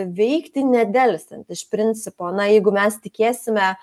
veikti nedelsiant iš principo na jeigu mes tikėsime